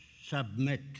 submit